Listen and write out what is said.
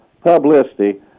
publicity